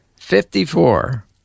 Fifty-four